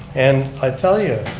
and i tell you,